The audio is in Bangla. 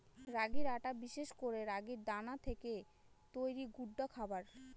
রাগির আটা বিশেষ করে রাগির দানা থেকে তৈরি গুঁডা খাবার